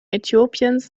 äthiopiens